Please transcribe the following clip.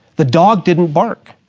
the dog didn't bark,